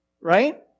right